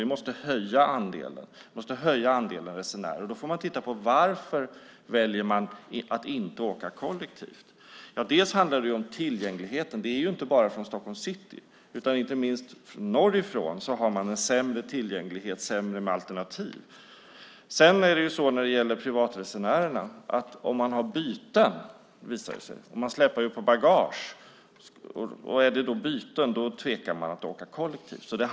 Vi måste höja andelen resenärer. Då får vi titta på varför man väljer att inte åka kollektivt. Det handlar om tillgängligheten. Man reser inte bara från Stockholms city. Inte minst norrifrån har man en sämre tillgänglighet och färre alternativ. När det gäller privatresenärerna har det visat sig att om de har byten tvekar de att åka kollektivt. De släpar ju på bagage.